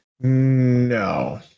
No